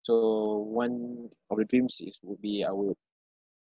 so one of the dreams is would be I would